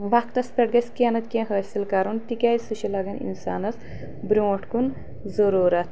وقتس پٮ۪ٹھ گژھِ کیںٛہہ نتہٕ کینٛہہ حٲصِل کرُن تِکیٛازِ سُہ چھُ لگان انسانس برٛونٛہہ کُن ضروٗرت